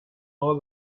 our